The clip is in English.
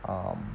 um